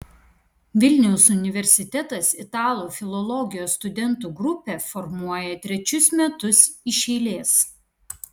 vilniaus universitetas italų filologijos studentų grupę formuoja trečius metus iš eilės